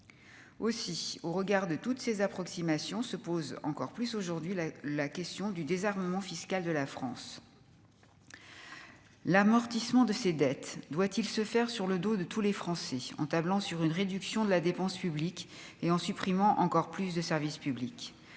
aussi au regard de toutes ces approximations se pose encore plus aujourd'hui, là, la question du désarmement fiscal de la France, l'amortissement de ses dettes, doit-il se faire sur le dos de tous les Français, en tablant sur une réduction de la dépense publique et en supprimant encore plus de service public,